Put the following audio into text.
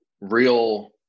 real